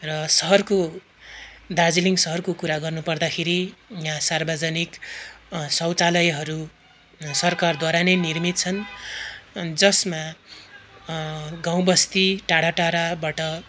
र सहरको दार्जिलिङ सहरको कुरा गर्नुपर्दाखेरि यहाँ सार्वजनिक शौचालयहरू सरकारद्वारा नै निर्मित छन् जसमा गाउँबस्ती टाढा टाढाबाट